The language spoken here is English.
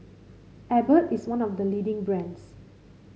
Abbott is one of the leading brands